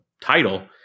title